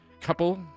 couple